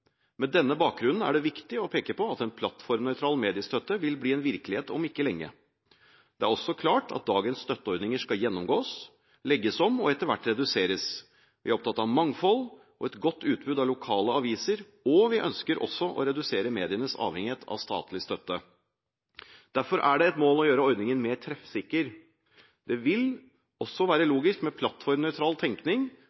Med denne bakgrunnen er det viktig å peke på at en plattformnøytral mediestøtte vil bli en virkelighet om ikke lenge. Det er også klart at dagens støtteordninger skal gjennomgås, legges om og etter hvert reduseres. Vi er opptatt av mangfold og et godt utbud av lokale aviser, og vi ønsker også å redusere medienes avhengighet av statlig støtte. Derfor er det et mål å gjøre ordningen mer treffsikker. Det vil også være